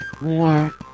more